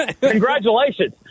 Congratulations